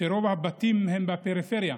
שרוב הבתים הם בפריפריה.